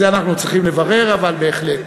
את זה אנחנו צריכים לברר, אבל בהחלט.